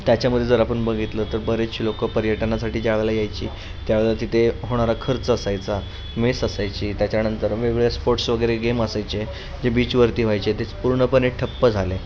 त्याच्यामध्ये जर आपण बघितलं तर बरेचशे लोकं पर्यटनासाठी ज्या वेळेला यायचे त्यावेळेला तिथे होणारा खर्च असायचा मेस असायची त्याच्यानंतर वेगवेगळ्या स्पोर्ट्स वगैरे गेम असायचे जे बीचवरती व्हायचे ते पूर्णपणे ठप्प झाले